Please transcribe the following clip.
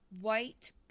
white